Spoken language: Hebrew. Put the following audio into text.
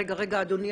רגע, אדוני.